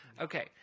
Okay